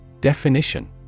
Definition